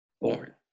born